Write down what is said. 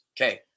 Okay